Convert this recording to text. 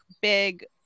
big